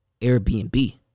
Airbnb